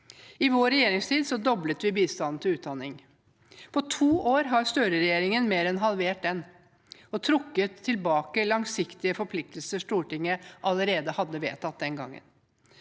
I vår regjeringstid doblet vi bistanden til utdanning. På to år har Støre-regjeringen mer enn halvert den og trukket tilbake langsiktige forpliktelser Stortinget allerede hadde vedtatt.